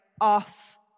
off